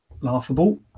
laughable